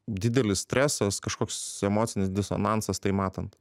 didelis stresas kažkoks emocinis disonansas tai matant